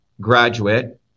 graduate